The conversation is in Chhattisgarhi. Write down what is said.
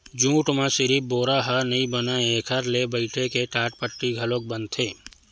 जूट म सिरिफ बोरा ह नइ बनय एखर ले बइटे के टाटपट्टी घलोक बनथे